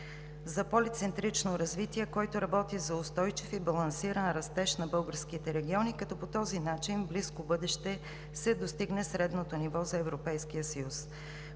за полицентрично развитие, който работи за устойчив и балансиран растеж на българските региони, като по този начин в близко бъдеще ще се достигне средното ниво за Европейския съюз.